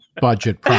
budget